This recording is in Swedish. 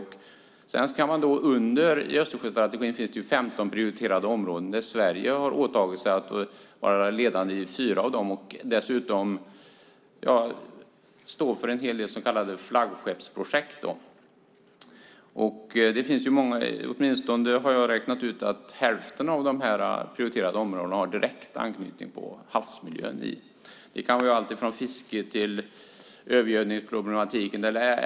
I Östersjöstrategin finns det 15 prioriterade områden, och Sverige har åtagit sig att vara ledande i 4 av dem och dessutom att stå för en hel del så kallade flaggskeppsprojekt. Jag har räknat ut att åtminstone hälften av de prioriterade områdena har direkt anknytning till havsmiljön. Det kan vara alltifrån fisket till övergödningsproblematiken.